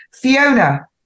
Fiona